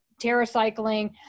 terracycling